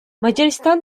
macaristan